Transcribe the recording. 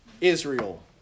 Israel